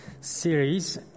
series